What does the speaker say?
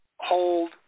hold